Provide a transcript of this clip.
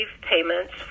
payments